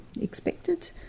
expected